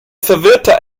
verwirrte